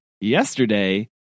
yesterday